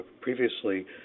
previously